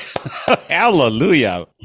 Hallelujah